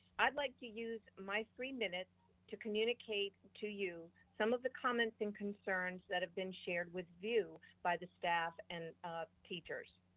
i'd like to use my three minutes to communicate to you some of the comments and concerns that have been shared with vue by the staff and teachers.